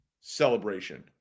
celebration